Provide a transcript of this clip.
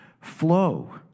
flow